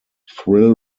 thrill